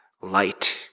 light